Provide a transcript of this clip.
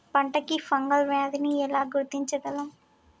పంట కి ఫంగల్ వ్యాధి ని ఎలా గుర్తించగలం?